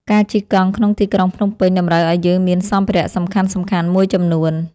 ការជិះកង់ក្នុងទីក្រុងភ្នំពេញ តម្រូវឲ្យយើងមានសម្ភារៈសំខាន់ៗមួយចំនួន។